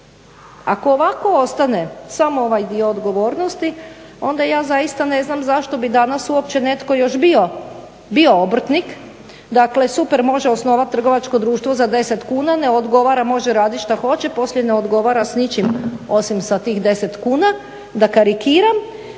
Ako ovako ostane samo ovaj dio odgovornosti onda ja zaista ne znam zašto bi danas uopće netko još bio obrtnik. Dakle, super može osnovat trgovačko društvo za 10 kn, ne odgovara, može radit šta hoće, poslije ne odgovara sa ničim osim sa tih 10 kn da karikiram,